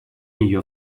нее